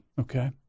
Okay